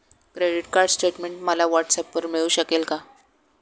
Credit card statement मला व्हॉट्सऍपवर मिळू शकेल का?